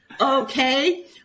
okay